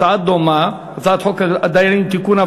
הצעה דומה: הצעת חוק הדיינים (תיקון,